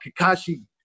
Kakashi